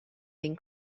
been